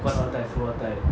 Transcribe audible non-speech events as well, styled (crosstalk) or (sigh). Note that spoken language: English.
(noise) 富二代